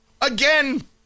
Again